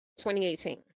2018